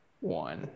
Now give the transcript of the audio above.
one